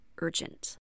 urgent